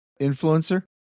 influencer